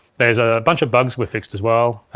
there's a bunch of bugs we've fixed as well.